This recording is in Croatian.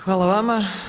Hvala vama.